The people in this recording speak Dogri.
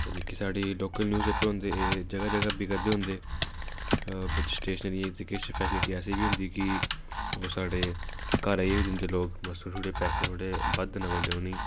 एह् जेह्के साढ़े लोकल न्यूजपेपर होंदे एह् जगह जगह बिका दे होंदे ते बिच्च स्टेशनरी दियां किश फैसीलिटी ऐसी बी होंदी कि ओह् साढ़े घर आइयै बी दिंदे लोक बस थोह्ड़े पैसे थोह्ड़े बद्ध देना पौंदे उ'नें ई